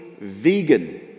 vegan